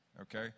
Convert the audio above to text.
okay